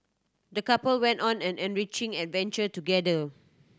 the couple went on an enriching adventure together